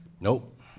Nope